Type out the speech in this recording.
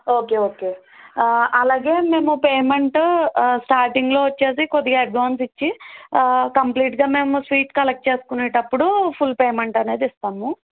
okay okay అలాగే మేము payment స్టార్టింగ్లో వచ్చి కొద్దిగా అడ్వాన్స్ ఇచ్చి కంప్లీట్గా మేము స్వీట్ కలెక్ట్ చేసుకునేటప్పుడు ఫుల్ పేమెంట్ అనేది ఇస్తాము